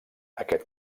aquest